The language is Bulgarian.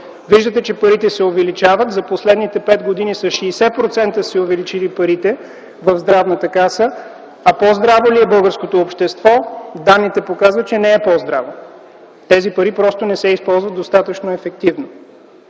Виждате, че парите се увеличават, за последните пет години с 60% са се увеличили парите в Здравната каса. По-здраво ли е българското общество? Данните показват, че не е по-здраво. Тези пари просто не се използват достатъчно ефективно.